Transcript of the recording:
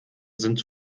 sind